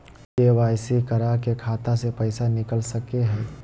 KYC करा के खाता से पैसा निकल सके हय?